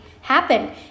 happen